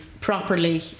properly